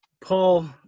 Paul